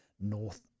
North